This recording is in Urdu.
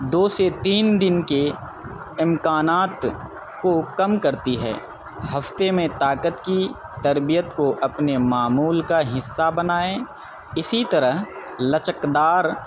دو سے تین دن کے امکانات کو کم کرتی ہے ہفتے میں طاقت کی تربیت کو اپنے معمول کا حصہ بنائیں اسی طرح لچکدار